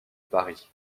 paris